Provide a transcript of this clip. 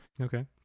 Okay